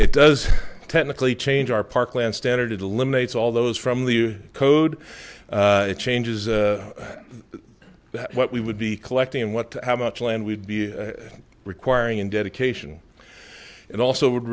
it does technically change our parklands standard it eliminates all those from the code changes what we would be collecting and what how much land we'd be requiring and dedication it also would